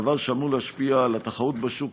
דבר שאמור להשפיע על התחרות בשוק,